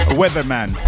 weatherman